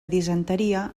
disenteria